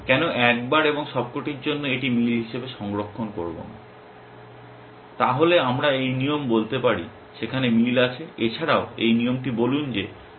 কেন একবার এবং সবকটির জন্য এটি মিল হিসাবে সংরক্ষণ করবো না তাহলে আমরা এই নিয়ম বলতে পারি সেখানে মিল আছে এছাড়াও এই নিয়মটি বলুন যে প্যাটার্নটিতে মিল আছে